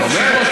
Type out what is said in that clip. אני אומר לו.